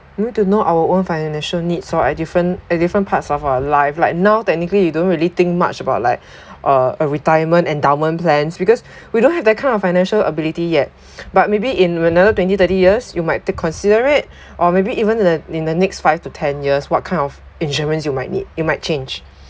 we need to know our own financial needs so a different a different parts of our life like now technically you don't really think much about like uh a retirement endowment plans because we don't have that kind of financial ability yet but maybe in another twenty thirty years you might take consider it or maybe even that in the next five to ten years what kind of insurance you might need you might change